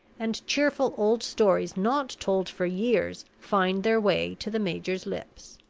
and cheerful old stories not told for years find their way to the major's lips.